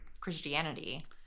Christianity